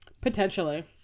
Potentially